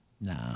Nah